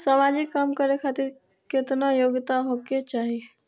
समाजिक काम करें खातिर केतना योग्यता होके चाही?